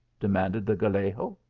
demanded the gal lego.